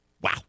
Wow